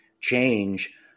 change